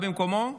אתה במקומו?